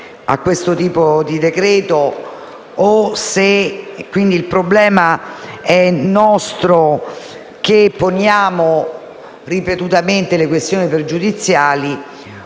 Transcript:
a questo tipo di decreto-legge, e quindi il problema è nostro, che poniamo ripetutamente le questioni pregiudiziali,